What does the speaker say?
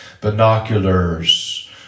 binoculars